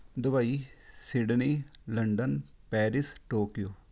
Dubai Sydney London Paris Tokyo